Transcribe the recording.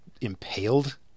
impaled